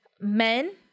men